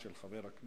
של חבר הכנסת